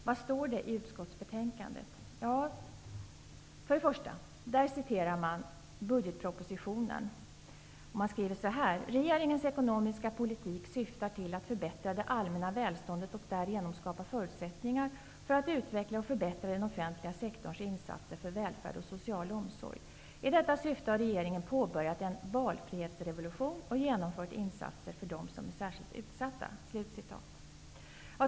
För det första: I utskottsbetänkandet citerar man budgetpropositionen: ''Regeringens ekonomiska politik syftar till att förbättra det allmänna välståndet och därigenom skapa förutsättningar för att utveckla och förbättra den offentliga sektorns insatser för välfärd och social omsorg. I detta syfte har regeringen påbörjat en valfrihetsrevolution och genomfört insatser för dem som är särskilt utsatta.''